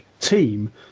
team